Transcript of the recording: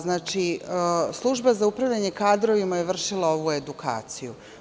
Služba za upravljanje kadrovima je vršila ovu edukaciju.